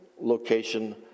location